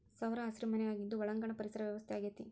ಸೌರಹಸಿರು ಮನೆ ಆಗಿದ್ದು ಒಳಾಂಗಣ ಪರಿಸರ ವ್ಯವಸ್ಥೆ ಆಗೆತಿ